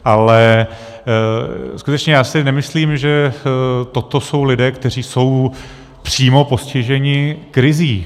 Ale já si skutečně nemyslím, že toto jsou lidé, kteří jsou přímo postiženi krizí.